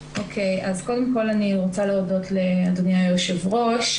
קודם כל אני רוצה להודות לאדוני היו"ר.